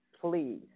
please